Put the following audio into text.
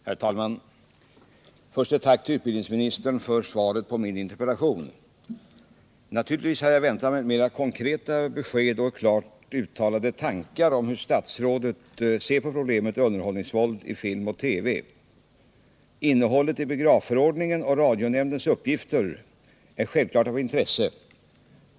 Herr talman! Först ett tack till utbildningsministern för svaret på min interpellation. Naturligtvis hade jag väntat mig mera konkreta besked och klart uttalade tankar om hur statsrådet ser på problemet underhållningsvåld i film och TV. Innehållet i biografförordningen och radionämndens uppgifter är självklart av intresse.